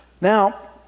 Now